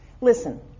Listen